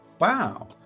Wow